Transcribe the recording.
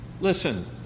Listen